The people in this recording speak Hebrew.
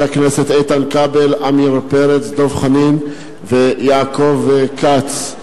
חברי הכנסת איתן כבל, עמיר פרץ, דב חנין ויעקב כץ.